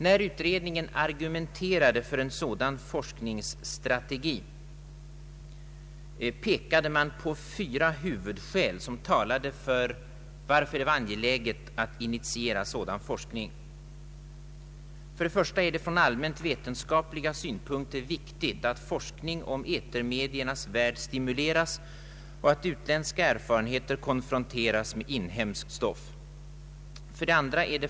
När utredningen argumenterade för en sådan forskningsstrategi, pekade utredningen på fyra huvudskäl, som talar för att det är angeläget att initiera sådan forskning: 1. Det är från allmänt vetenskapliga synpunkter viktigt att forskning om etermediernas värld stimuleras och att utländska erfarenheter konfronteras med inhemskt stoff. 2.